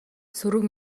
сөрөг